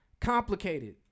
complicated